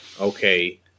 okay